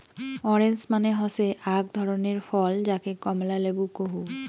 orange মানে হসে আক ধরণের ফল যাকে কমলা লেবু কহু